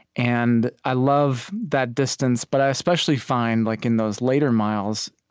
and i love that distance, but i especially find like in those later miles,